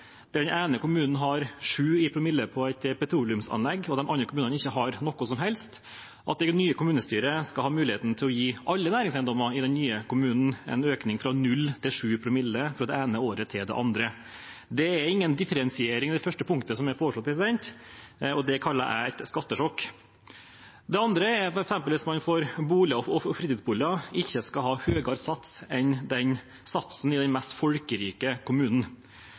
den ene kommunen har 7 promille i eiendomsskatt på et petroleumsanlegg og de andre kommunene ikke har noe som helst, skal det nye kommunestyret ha mulighet til å gi alle næringseiendommer i den nye kommunen en økning fra 0 til 7 promille fra det ene året til det andre. Det er ingen differensiering i det første punktet som er foreslått, og det kaller jeg et skattesjokk. Det andre punktet er at man for boliger og fritidsboliger ikke skal ha høyere sats enn satsen i den mest folkerike kommunen.